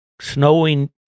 snowing